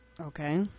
okay